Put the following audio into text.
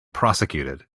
prosecuted